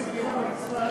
נתנו לי סקירה במשרד,